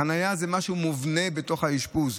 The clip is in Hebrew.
חניה זה משהו מובנה בתוך האשפוז.